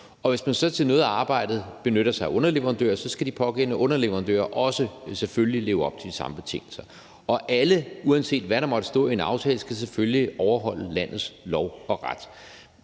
Hvis man så til noget af arbejdet benytter sig af underleverandører, skal de pågældende underleverandører selvfølgelig også leve op til de samme betingelser. Alle, uanset hvad der måtte stå i en aftale, skal selvfølgelig overholde landets lov og ret.